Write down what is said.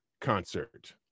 concert